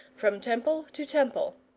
from temple to temple.